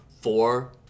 four